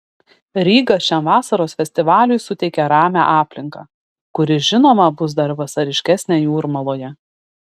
ryga šiam vasaros festivaliui suteikia ramią aplinką kuri žinoma bus dar vasariškesnė jūrmaloje